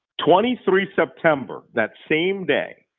twenty three september, that same day,